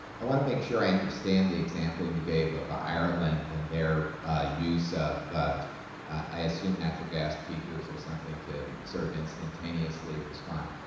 i want to make sure i understand the example you gave of ireland and their ah use of i assume natural gas peakers or something to sort of instantaneously respond.